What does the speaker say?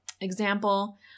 example